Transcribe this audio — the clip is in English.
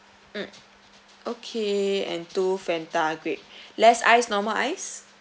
mm okay and two fanta grape less ice normal ice